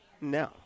No